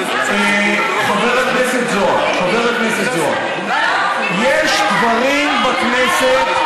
חבר הכנסת זוהר, יש דברים בכנסת,